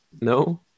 No